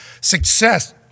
success